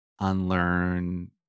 Unlearn